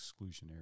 exclusionary